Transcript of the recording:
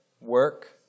work